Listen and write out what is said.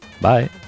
Bye